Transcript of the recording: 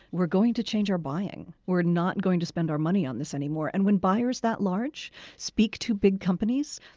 we're going to change our buying. we're not going to spend our money on this anymore. and when buyers that large speak to big companies,